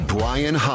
Brian